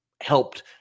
helped